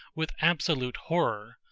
with absolute horror.